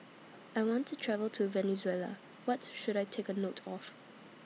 I want to travel to Venezuela What should I Take note of